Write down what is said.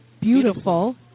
beautiful